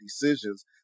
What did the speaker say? decisions